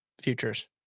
futures